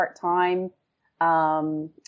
part-time